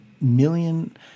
million